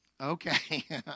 Okay